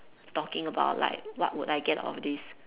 talking about like what would I get out of this